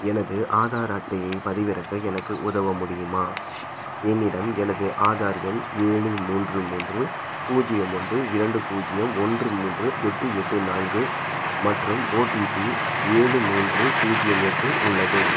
எனது ஆதார் அட்டையைப் பதிவிறக்க எனக்கு உதவ முடியுமா என்னிடம் எனது ஆதார் எண் ஏழு மூன்று மூன்று பூஜ்யம் ஒன்று இரண்டு பூஜ்யம் ஒன்று மூன்று எட்டு எட்டு நான்கு மற்றும் ஓடிபி ஏழு மூன்று பூஜ்யம் எட்டு உள்ளது